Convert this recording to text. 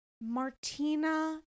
Martina